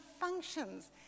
functions